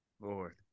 Lord